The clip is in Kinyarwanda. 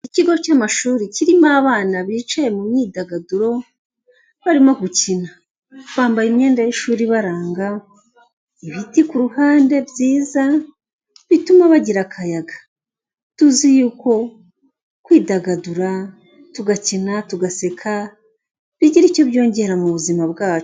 Ikigo cy'amashuri kirimo abana bicaye mu myidagaduro barimo gukina, bambaye imyenda y'ishuri ibaranga, ibiti ku ruhande byiza bituma bagira akayaga, tuzi yuko kwidagadura tugakina, tugaseka bigira icyo byongera mu buzima bwacu.